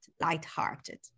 light-hearted